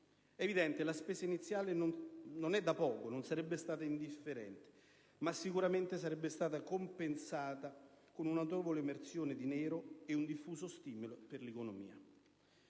È evidente; la spesa iniziale non è da poco, non sarebbe stata indifferente, ma sicuramente sarebbe stata compensata con una notevole emersione di nero ed un diffuso stimolo per l'economia.